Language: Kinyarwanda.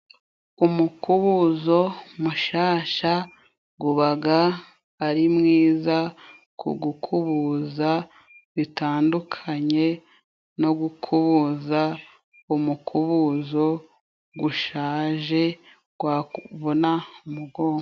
Umukubuzo mushasha, gubaga ari mwiza ku gukubuza, bitandukanye no gukubuza umukubuzo gushaje, gwakuvuna umugongo.